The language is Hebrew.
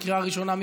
בקריאה ראשונה.